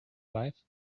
life